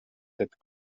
cette